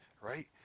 right